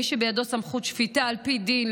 מי שבידו סמכות שפיטה על פי דין,